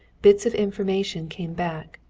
bits of information came back.